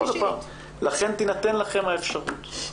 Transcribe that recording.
לכן תינתן לכם האפשרות בהמשך.